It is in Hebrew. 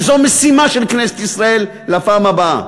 וזו משימה של כנסת ישראל לפעם הבאה.